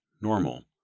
normal